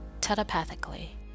telepathically